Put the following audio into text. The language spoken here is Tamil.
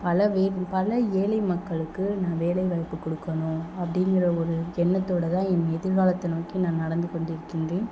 பல வே பல ஏழை மக்களுக்கு நான் வேலை வாய்ப்பு கொடுக்கணும் அப்படிங்கிற ஒரு எண்ணத்தோடு தான் என் எதிர்காலத்தை நோக்கி நான் நடந்துக்கொண்டு இருக்கின்றேன்